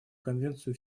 конвенцию